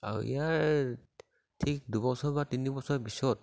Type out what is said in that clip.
আৰু ইয়াৰ ঠিক দুবছৰ বা তিনিবছৰ পিছত